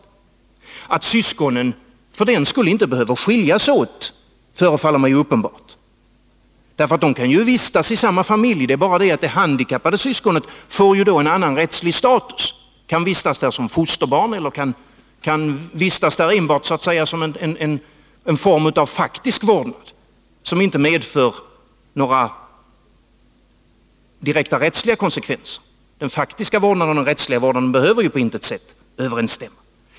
Det förefaller mig uppenbart att syskonen inte för den skull behöver skiljas åt. De kan ju vistas i samma familj, men det handikappade syskonet får en annan rättslig status — det kan vistas där som fosterbarn eller vården kan betraktas som en form av faktisk vård, som inte medför några direkta rättsliga konsekvenser. Den faktiska vårdnaden och den rättsliga vårdnaden beiuver på intet sätt överensstämma.